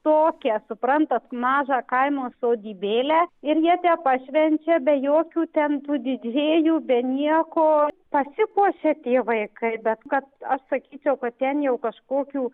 tokią suprantat mažą kaimo sodybėlę ir jie tepašvenčia be jokių ten tų didžėjų be nieko pasipuošia tėvai kaip bet kad aš sakyčiau kad ten jau kažkokių